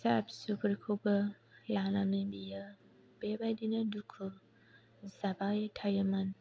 फिसा फिसौफोरखोबो लानानै बियो बेबादिनो दुखु जाबाय थायोमोन